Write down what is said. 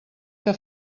que